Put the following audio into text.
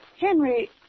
Henry